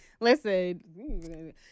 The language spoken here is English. Listen